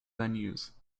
venues